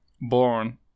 born